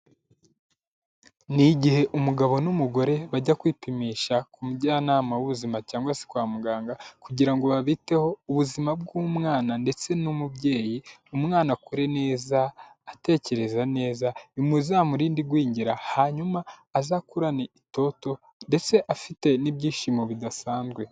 Ni igihe umugabo n'umugore bajya kwipimisha ku mujyanama w'ubuzima, cyangwa se kwa muganga, kugira ngo babiteho, ubuzima bw'umwana ndetse n'umubyeyi, umwana akure neza, atekereza neza, bizamurinde igwingira, hanyuma azakurane itoto, ndetse afite n'ibyishimo bidasanzwe.